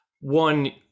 one